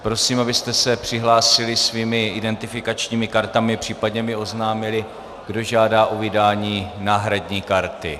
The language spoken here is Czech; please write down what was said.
Prosím, abyste se přihlásili svými identifikačními kartami, případně mi oznámili, kdo žádá o vydání náhradní karty.